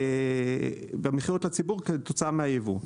במכירות לציבור כתוצאה מהיבוא.